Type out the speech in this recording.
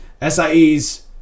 SIE's